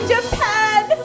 Japan